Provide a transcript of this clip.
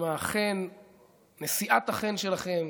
עם נשיאת החן שלכם,